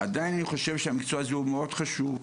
עדיין אני חושב שהמקצוע הזה מאוד חשוב,